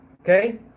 Okay